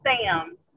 Sam